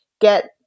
get